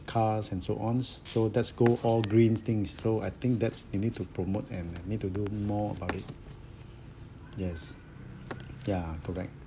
cars and so on so that's go all green things so I think that's we need to promote and and need to do more about it yes ya correct